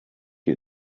you